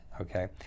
okay